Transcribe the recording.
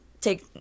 take